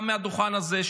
גם מהדוכן הזה,